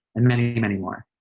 and many, many more.